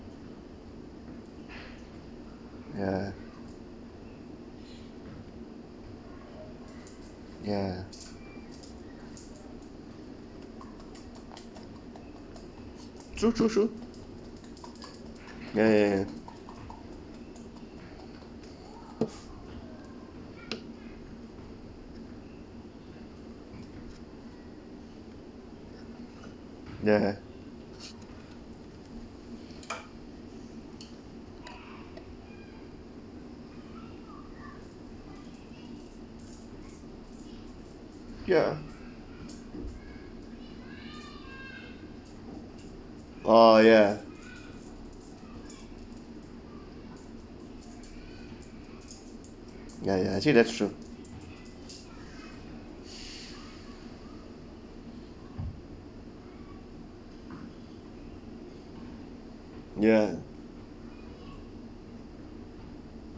ya ya true true true ya ya ya ya ya oh ya ya ya actually that's true ya